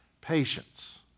Patience